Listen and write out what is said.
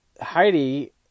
Heidi